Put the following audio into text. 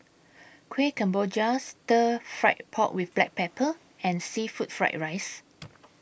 Kuih Kemboja Stir Fried Pork with Black Pepper and Seafood Fried Rice